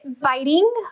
biting